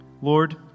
Lord